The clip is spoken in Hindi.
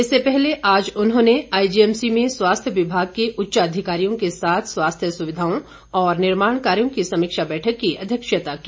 इससे पहले आज उन्होंने आईजीएमसी में स्वास्थ्य विभाग के उच्चाधिकारियों के साथ स्वास्थ्य सुविधाओं और निर्माण कार्यों की समीक्षा बैठक की अध्यक्षता की